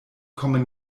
kommen